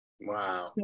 Wow